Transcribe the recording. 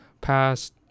past